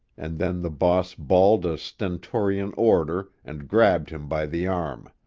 and then the boss bawled a stentorian order and grabbed him by the arm.